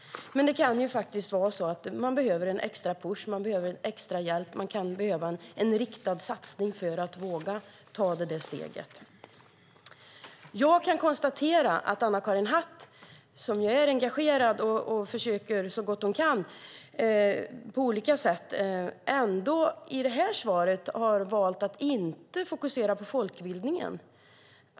Men det kan vara så att man behöver en extra push och extra hjälp. Man kan behöva en riktad satsning för att våga ta detta steg. Jag kan konstatera att Anna-Karin Hatt, som är engagerad och på olika sätt försöker så gott hon kan, ändå i detta svar har valt att inte fokusera på folkbildningen.